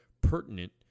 pertinent